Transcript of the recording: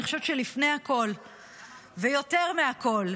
אני חושבת שלפני הכול ויותר מכול,